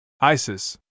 Isis